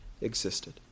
existed